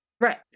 right